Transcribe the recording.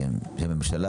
וכממשלה,